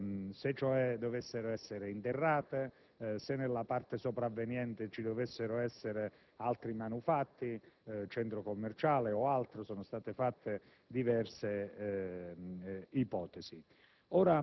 se cioè dovessero essere interrate o se nella parte sopravveniente ci dovessero essere altri manufatti (centro commerciale o altro). In proposito sono state fatte diverse ipotesi.